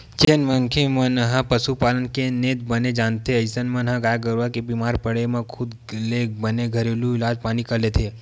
जेन मनखे मन ह पसुपालन के नेत बने जानथे अइसन म गाय गरुवा के बीमार पड़े म खुदे ले बने घरेलू इलाज पानी कर लेथे